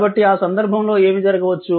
కాబట్టి ఆ సందర్భంలో ఏమి జరగవచ్చు